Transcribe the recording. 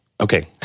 Okay